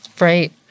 Right